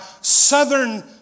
southern